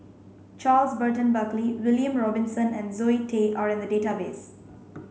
Charles Burton Buckley William Robinson and Zoe Tay are in the database